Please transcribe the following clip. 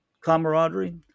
camaraderie